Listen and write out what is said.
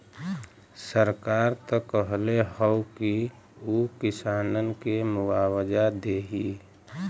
सरकार त कहले हौ की उ किसानन के मुआवजा देही